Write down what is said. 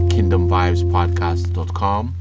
KingdomVibesPodcast.com